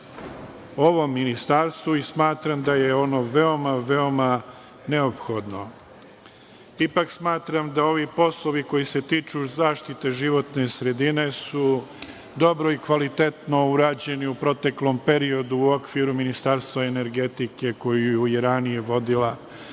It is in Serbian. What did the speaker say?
ovom ministarstvu i smatram da je ono veoma, veoma neophodno. Ipak, smatram da ovi poslovi, koji se tiču zaštite životne sredine, su dobro i kvalitetno urađeni u proteklom periodu, u okviru Ministarstva energetike, koje je ranije vodila